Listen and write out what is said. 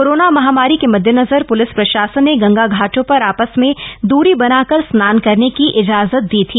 corona महामारी के मद्देनजर प्लिस प्रशासन ने गंगा घाटों पर आपस में दूरी बनाकर स्नान करने की इजाजत दी थी